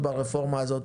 בנוסף הרפורמה הזאת